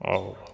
आओर